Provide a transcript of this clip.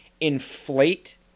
inflate